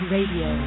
Radio